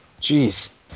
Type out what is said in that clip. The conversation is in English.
Jeez